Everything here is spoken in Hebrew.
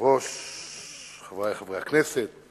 חבר הכנסת ניצן